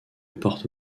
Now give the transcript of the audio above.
porte